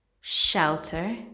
shelter